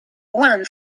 one